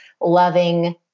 loving